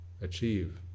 achieve